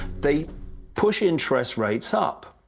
they push interest rates up.